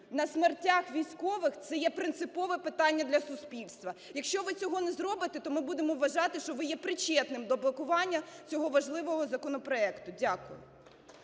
на смертях військових - це є принципове питання для суспільства. Якщо ви цього не зробите, то ми будемо вважати, що ви є причетним до блокування цього важливого законопроекту. Дякую.